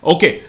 Okay